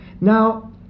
Now